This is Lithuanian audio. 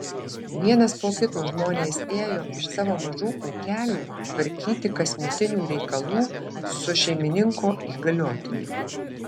vienas po kito žmonės ėjo iš savo mažų ūkelių tvarkyti kasmetinių reikalų su šeimininko įgaliotiniu